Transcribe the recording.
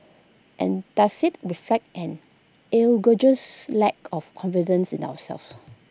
and does IT reflect an egregious lack of confidence in ourselves